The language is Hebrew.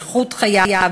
באיכות חייו,